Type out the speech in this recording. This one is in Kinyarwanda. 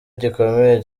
gikomeye